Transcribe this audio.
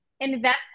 Invest